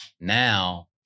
Now